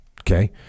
Okay